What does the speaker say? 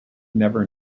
never